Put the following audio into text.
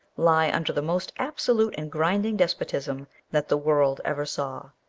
lie under the most absolute and grinding despotism that the world ever saw.